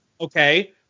Okay